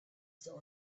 still